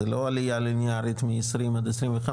זה לא עלייה ליניארית מ-2020 עד 2025